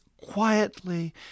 quietly